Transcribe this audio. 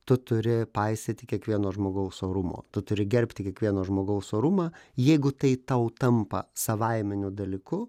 tu turi paisyti kiekvieno žmogaus orumo tu turi gerbti kiekvieno žmogaus orumą jeigu tai tau tampa savaiminiu dalyku